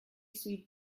suis